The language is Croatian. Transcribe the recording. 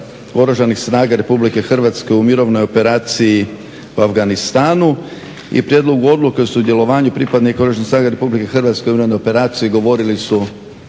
Oružanih snaga Republike Hrvatske u mirovnoj operaciji u Afganistanu, a i odluku o sudjelovanju pripadnika Oružanih snaga Republike Hrvatske u mirovnoj operaciji u